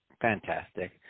Fantastic